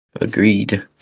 Agreed